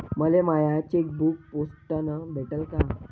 मले माय चेकबुक पोस्टानं भेटल